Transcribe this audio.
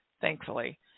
thankfully